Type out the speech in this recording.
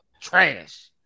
Trash